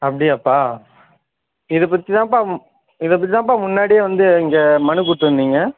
அப்படியாப்பா இதை பற்றி தான்ப்பா இதை பற்றி தான்ப்பா முன்னாடியே வந்து இங்கே மனு கொடுத்துருந்தீங்க